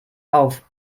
auf